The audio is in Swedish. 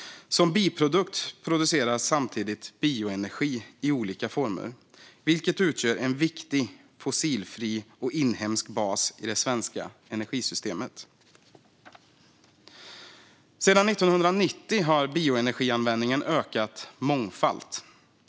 Som biprodukt produceras samtidigt bioenergi i olika former, vilket utgör en viktig fossilfri och inhemsk bas i det svenska energisystemet. Sedan 1990 har bioenergianvändningen ökat mångfalt.